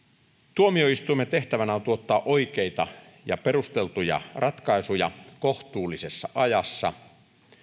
tuomioistuimen tehtävänä on tuottaa oikeita ja perusteltuja ratkaisuja kohtuullisessa ajassa